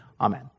Amen